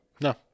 No